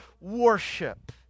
worship